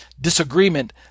disagreement